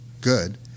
good